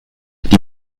die